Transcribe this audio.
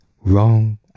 wrong